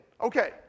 Okay